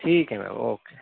ٹھیک ہے ma'am okay